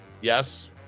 Yes